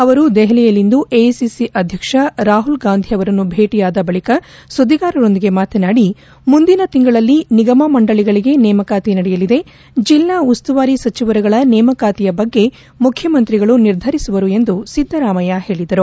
ಅವರು ದೆಹಲಿಯಲ್ಲಿಂದು ಎಐಸಿಸಿ ಅಧ್ಯಕ್ಷ ರಾಹುಲ್ಗಾಂಧಿಯವರನ್ನು ಭೇಟಿಯಾದ ಬಳಿಕ ಸುದ್ದಿಗಾರರೊಂದಿಗೆ ಮಾತನಾಡಿ ಮುಂದಿನ ತಿಂಗಳಲ್ಲಿ ನಿಗಮ ಮಂಡಳಗಳಗೆ ನೇಮಕಾತಿ ನಡೆಯಲಿದೆ ಜಿಲ್ಲಾ ಉಸ್ತುವಾರಿ ಸಚಿವರುಗಳ ನೇಮಕಾತಿಯ ಬಗ್ಗೆ ಮುಖ್ಯಮಂತ್ರಿಗಳು ನಿರ್ಧರಿಸುವರು ಎಂದು ಸಿದ್ದರಾಮಯ್ಲ ಹೇಳಿದರು